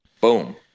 Boom